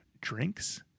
drinks